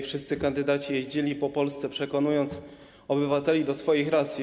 Wszyscy kandydaci jeździli po Polsce, przekonując obywateli do swoich racji.